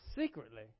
secretly